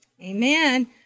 Amen